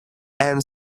and